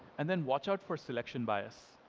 and then, watch out for selection bias.